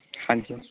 ਹਾਂਜੀ